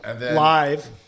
live